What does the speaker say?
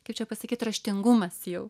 kaip čia pasakyt raštingumas jau